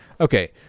Okay